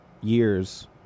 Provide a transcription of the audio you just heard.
years